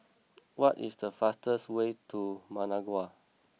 what is the fastest way to Managua